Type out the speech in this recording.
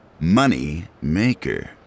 Moneymaker